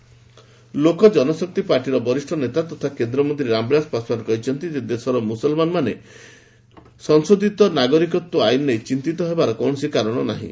Paswan CAA Lok Janshakti ପାର୍ଟିର ବରିଷ୍ଣ ନେତା ତଥା କେନ୍ଦ୍ରମନ୍ତ୍ରୀ ରାମବିଳାଶ ପାଶଓ୍ୱାନ କହିଛନ୍ତି ଯେ ଦେଶର ମୁସଲମାନମାନେ ସଂଶୋଧିତ ନାଗରିକତ୍ୱ ଆଇନ୍ ନେଇ ଚିନ୍ତିତ ହେବାର କୌଣସି କାରଣ ନାହିଁ